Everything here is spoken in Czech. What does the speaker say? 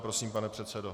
Prosím, pane předsedo.